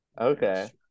Okay